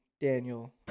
Daniel